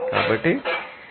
కాబట్టి సి 0